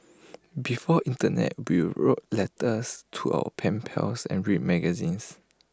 before Internet we wrote letters to our pen pals and read magazines